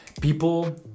People